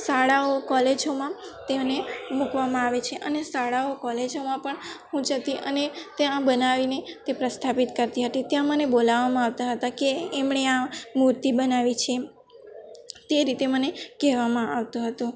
શાળાઓ કોલેજોમાં તેઓને મૂકવામાં આવે છે અને શાળાઓ કોલેજોમાં પણ હું જતી અને ત્યાં બનાવીને તે પ્રસ્થાપિત કરતી હતી ત્યાં મને બોલાવામાં આવતા હતા કે એમણે આ મૂર્તિ બનાવી છે એમ તે રીતે મને કહેવામાં આવતું હતું